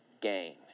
gain